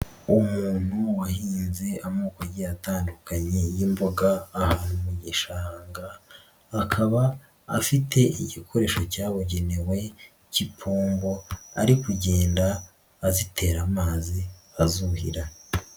Umuntu wahinze amoko agiye atandukanye y'imboga aha mu gishanga, akaba afite igikoresho cyabugenewe cy'ipombo ari kugenda azitera amazi azuhira.